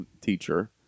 teacher